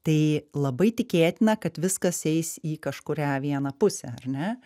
tai labai tikėtina kad viskas eis į kažkurią vieną pusę ar ne